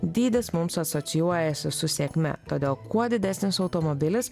dydis mums asocijuojasi su sėkme todėl kuo didesnis automobilis